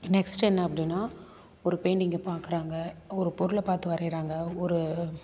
next என்ன அப்படின்னா ஒரு பெயிண்டிங்க பார்க்குறாங்க ஒரு பொருளை பார்த்து வரையிறாங்க ஒரு